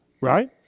Right